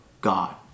God